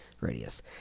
Radius